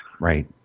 Right